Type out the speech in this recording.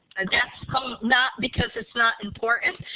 that's um not because it's not important.